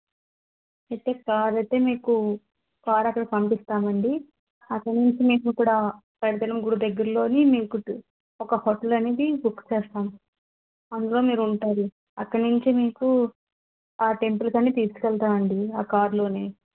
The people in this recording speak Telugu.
అయితే కార్ అయితే మీకు కార్ అక్కడ పంపిస్తామండీ అక్కడ్నుంచి మీకు కూడా పైడి తల్లి అమ్మ గుడి దగ్గర్లోని మీకు ఒక హోటల్ అనేది బుక్ చేస్తాం అందులో మీరుంటారు అక్కడ్నించి మీకు ఆ టెంపుల్కన్ని తీసుకెళ్తామండి ఆ కార్లోనే